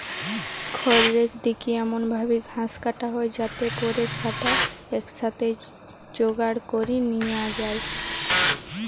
খড়রেক দিকি এমন ভাবি ঘাস কাটা হয় যাতে পরে স্যাটা একসাথে জোগাড় করি নিয়া যায়